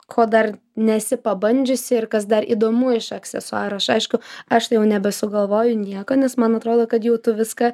ko dar nesi pabandžiusi ir kas dar įdomu iš aksesuarų aš aišku aš jau nebesugalvoju nieko nes man atrodo kad jau tu viską